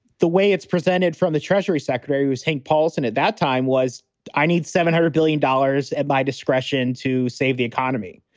the way it's presented from the treasury secretary. was hank paulson at that time was i need seven hundred billion dollars at my discretion to save the economy.